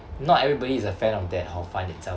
not everybody is a fan of that hor fun itself